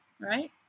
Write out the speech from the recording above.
right